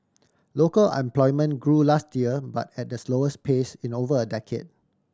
local employment grew last year but at the slowest pace in over a decade